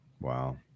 Wow